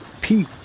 Pete